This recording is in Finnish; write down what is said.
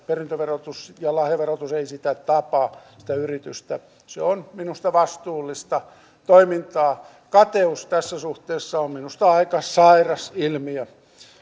perintöverotus ja lahjaverotus ei sitä yritystä tapa se on minusta vastuullista toimintaa kateus tässä suhteessa on minusta aika sairas ilmiö